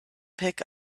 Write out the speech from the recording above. pick